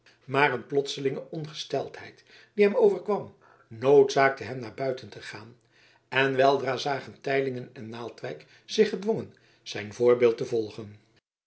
maar een plotselinge ongesteldheid die hem overkwam noodzaakte hem naar buiten te gaan en weldra zagen teylingen en naaldwijk zich gedwongen zijn voorbeeld te volgen